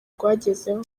rwagezeho